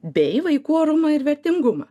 bei vaikų orumą ir vertingumą